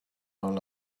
all